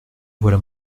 voilà